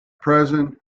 present